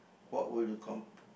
what would you